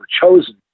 chosen